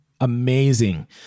amazing